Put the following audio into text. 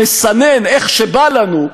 נסנן איך שבא לנו,